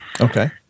Okay